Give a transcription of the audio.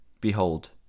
behold